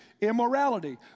immorality